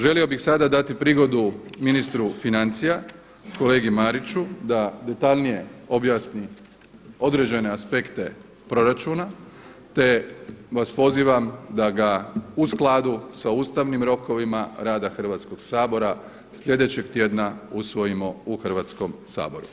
Želio bih sada dati prigodu ministru financija, kolegi Mariću da detaljnije objasni određene aspekte proračuna, te vas pozivam da ga u skladu sa ustavnim rokovima rada Hrvatskog sabora sljedećeg tjedna usvojimo u Hrvatskom saboru.